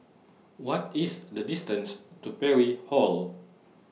What IS The distance to Parry Hall